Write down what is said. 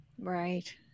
Right